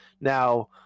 now